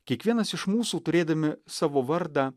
kiekvienas iš mūsų turėdami savo vardą